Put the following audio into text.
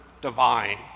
divine